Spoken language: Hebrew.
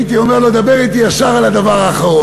הייתי אומר לו: דבר אתי ישר על הדבר האחרון.